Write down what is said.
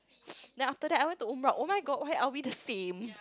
then after that I went to umrah</malay) oh-my-god why are we the same